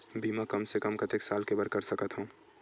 बीमा कम से कम कतेक साल के बर कर सकत हव?